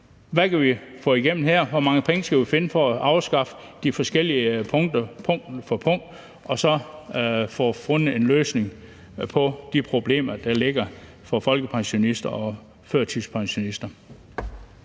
Hvad kan vi få igennem her? Hvor mange penge skal vi finde for at afskaffe de forskellige punkter? Vi vil tage det punkt for punkt, så vi kan få fundet en løsning på de problemer, der ligger for folkepensionister og førtidspensionister.